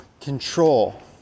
control